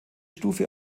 stufe